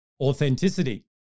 authenticity